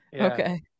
Okay